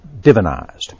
divinized